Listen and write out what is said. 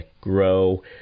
grow